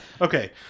okay